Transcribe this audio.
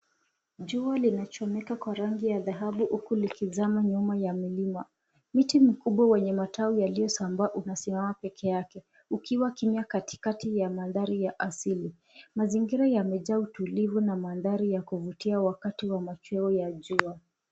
Jua linachomeka kwa rangi ya dhahabu huku likizama nyuma ya milima. Miti mikubwa wenye matawi yaliyosambaa unasimama peke yake ukiwa kimya katikati ya mandhari ya asili. Mazingira yamejaa utulivu na mandhari ya kuvutia wakati wa machweo ya jua.